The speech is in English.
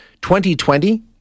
2020